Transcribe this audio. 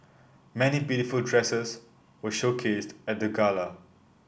many beautiful dresses were showcased at the gala